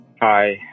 Hi